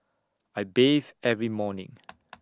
I bathe every morning